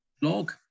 blog